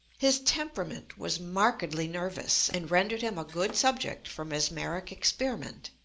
his temperament was markedly nervous, and rendered him a good subject for mesmeric experiment.